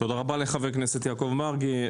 תודה רבה לחבר הכנסת יעקב מרגי.